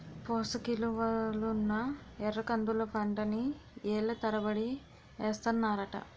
పోసకిలువలున్న ఎర్రకందుల పంటని ఏళ్ళ తరబడి ఏస్తన్నారట